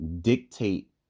dictate